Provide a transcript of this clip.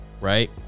Right